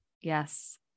Yes